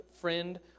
friend